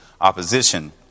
opposition